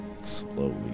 Slowly